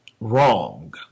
wrong